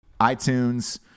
iTunes